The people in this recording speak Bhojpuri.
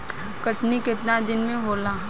कटनी केतना दिन मे होला?